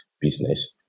business